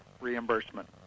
reimbursement